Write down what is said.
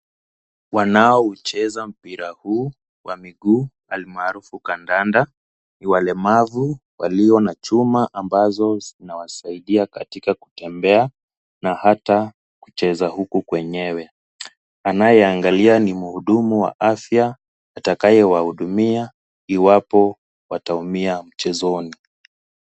Wanaoucheza mpira huu wa miguu almaarufu kandanda ni walemavu walio na chuma ambazo zinawasaidia katika kutembea na hata kucheza huku kwenyewe, anayeangalia ni mhudumu wa afya atakayewahudumia iwapo wataumia mchezoni.